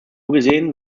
gesehen